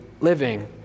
living